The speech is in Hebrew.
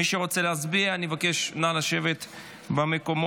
מי שרוצה להצביע, אני אבקש, נא לשבת במקומות.